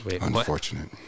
Unfortunate